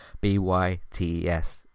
B-Y-T-E-S